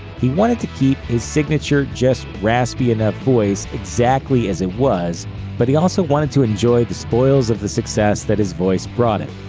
he wanted to keep his signature, just-raspy-enough voice exactly as it was but he also wanted to enjoy the spoils of the success that his voice brought him.